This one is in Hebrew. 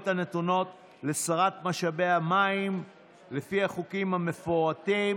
הנתונות לשרת משאבי המים לפי החוקים המפורטים,